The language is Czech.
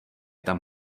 tam